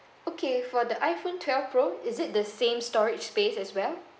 okay for the iphone twelve pro is it the same storage space as well